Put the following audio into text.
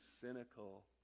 cynical